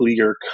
clear